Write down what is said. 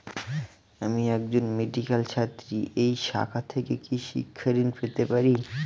আমি একজন মেডিক্যাল ছাত্রী এই শাখা থেকে কি শিক্ষাঋণ পেতে পারি?